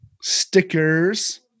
stickers